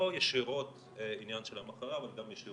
לא ישירות עניין של המחלה, אבל גם ישירות.